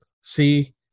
See